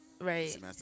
Right